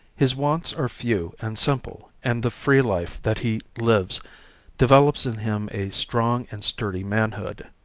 his wants are few and simple and the free life that he lives develops in him a strong and sturdy manhood.